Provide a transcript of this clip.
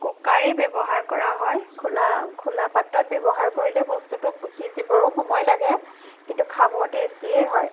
কুকাৰেই ব্যৱহাৰ কৰা হয় খোলা খোলা পাত্ৰত ব্যৱহাৰ কৰিলে বস্তুটো সিজিবৰো সময় লাগে কিন্তু খাবৰ টেষ্টিয়ে হয়